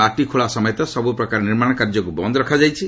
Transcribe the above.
ମାଟି ଖେଳା ସମେତ ସବୁ ପ୍ରକାର ନିର୍ମାଣ କାର୍ଯ୍ୟକ୍ର ବନ୍ଦ ରଖାଯାଇଛି